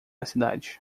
cidade